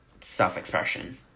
self-expression